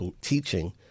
teaching